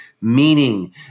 meaning